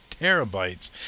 terabytes